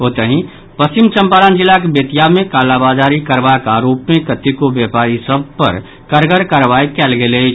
ओतहि पश्चिम चंपारण जिलाक बेतिया मे कालाबाजारी करबाक आरोप मे कतेको व्यापारी सभ पर कड़गर कार्रवाई कयल गेल अछि